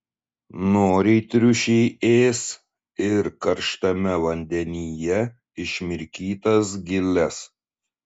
noriai triušiai ės ir karštame vandenyje išmirkytas giles